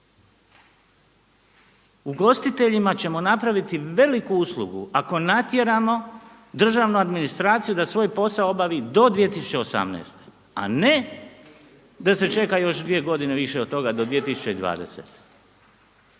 Ugostiteljima ćemo napraviti veliku uslugu ako natjeramo državnu administraciju da svoj posao obavi do 2018. godine, a ne da se čeka još dvije godine više od toga, do 2020.